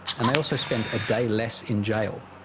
and they also spent a day less in jail.